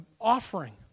offering